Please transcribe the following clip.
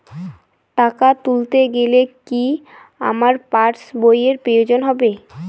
টাকা তুলতে গেলে কি আমার পাশ বইয়ের প্রয়োজন হবে?